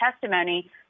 testimony